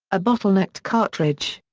a bottlenecked cartridge.